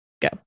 go